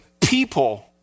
people